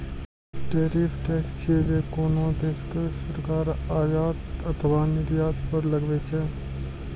tariff tax छियै, जे कोनो देशक सरकार आयात अथवा निर्यात पर लगबै छै